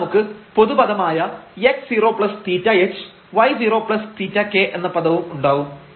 ഇവിടെ നമുക്ക് പൊതു പദമായ x0θhy0θk എന്ന പദവും ഉണ്ടാവും